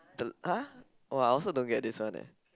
!huh! !wah! I also don't get this one eh